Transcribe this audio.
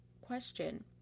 question